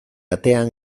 atean